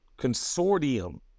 consortium